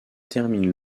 termine